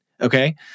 Okay